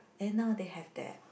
and now they have that